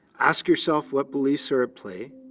ask yourself what beliefs are at play,